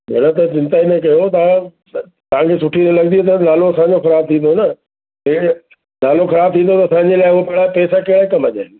न न तव्हां चिंता ई न कयो तव्हां तव्हांखे सुठी न मिलंदी नालो असांजो ख़राबु थींदो न हे नालो ख़राबु थींदो त असांजे लाइ उहो पर पेसा कहिड़ा कम जा